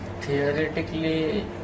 theoretically